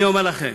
אני אומר לכם